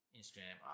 Instagram